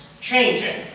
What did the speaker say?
changing